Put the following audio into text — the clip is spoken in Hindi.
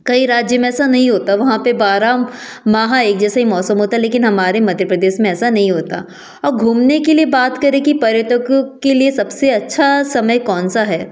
कई राज्य में ऐसा नहीं होता वहाँ पे बारह माह एक जैसा ही मौसम होता लेकिन हमारे मध्य प्रदेश में ऐसा नहीं होता और घूमने के लिए बात करें कि पर्यटक के लिए सबसे अच्छा समय कौन सा है